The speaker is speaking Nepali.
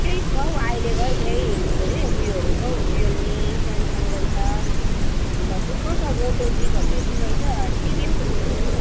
त्यही छ हौ अहिलेकै त्यही के हरे उयोहरू छ हौ रियलमी स्यामसङ रहेछ अन्त थुप्रो छ मोटोजी भन्नेहरू पनि रहेछ टिभी पनि थुप्रो छ